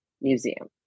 museum